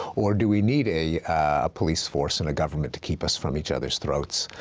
or do we need a police force and a government to keep us from each other's throats?